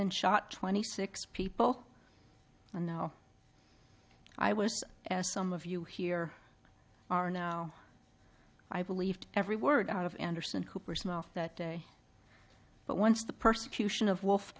and shot twenty six people and now i was as some of you here are now i believed every word out of anderson cooper that day but once the persecution of wolf